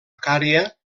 cària